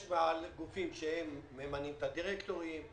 יש מעל גופים שהם ממנים את הדירקטורים,